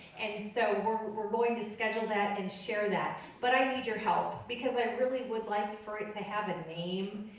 and so we're we're going to schedule that and share that. but i need your help. because i really would like for it to have a name.